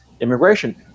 immigration